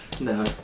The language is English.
No